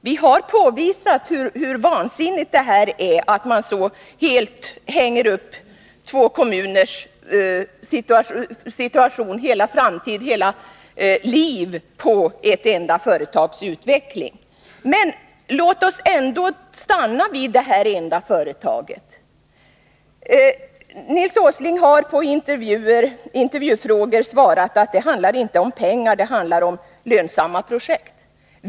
Vi har påvisat hur vansinnigt det är att man så helt hänger upp två kommuners situation, två kommuners hela framtid och hela liv på ett enda företags utveckling. Men låt oss ändå stanna vid detta enda företag. Nils Åsling har på intervjufrågor svarat att det inte handlar om pengar, det handlar om lönsamma projekt.